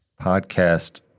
podcast